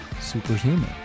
superhuman